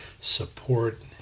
support